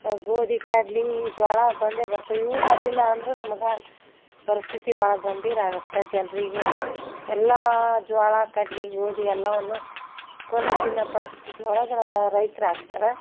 ಗೋಧಿ ಕಡ್ಲೆ ಜೋಳ ಬಂದೇ ಬರ್ತವೆ ಇವು ಬರಲಿಲ್ಲ ಅಂದರೂ ನಮಗೆ ಪರಿಸ್ಥಿತಿ ಭಾಳ ಗಂಭೀರ ಆಗತ್ತೆ ಜನರಿಗೆ ಎಲ್ಲ ಜೋಳ ಕಡ್ಲೆ ಗೋಧಿ ಎಲ್ಲವನ್ನು ಕೊಂಡು ತಿನ್ನೋ ಪರಿಸ್ಥಿತಿ ಒಳ್ಗನ ರೈತ್ರು ಆಗ್ತಾರ